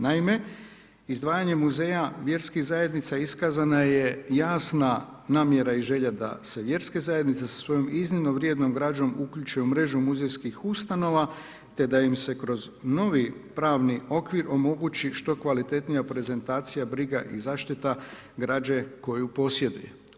Naime, izdvajanjem muzeja, vjerskih zajednica iskazana je jasna namjera i želja da se vjerske zajednice sa svojom iznimno vrijednom građom uključe u mrežu muzejskih ustanova, te da im se kroz novi pravni okvir omogući što kvalitetnija prezentacija, briga i zaštita građe koju posjeduje.